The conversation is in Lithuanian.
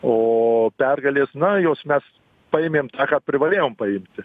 o pergalės na jos mes paėmėm ką privalėjom paimti